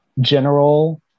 general